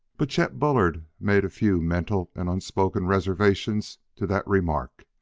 but chet bullard made a few mental and unspoken reservations to that remark.